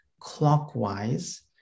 clockwise